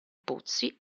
pozzi